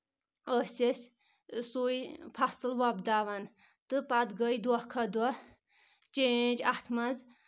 ٲسۍ أسۍ سُے فصٕل وۄپداوَان تہٕ پَتہٕ گٔے دۄہ کھۄتہٕ دۄہ چینٛج اَتھ منٛز